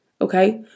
okay